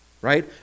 right